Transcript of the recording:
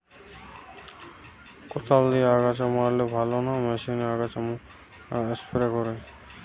কদাল দিয়ে আগাছা মারলে ভালো না মেশিনে আগাছা নাশক স্প্রে করে?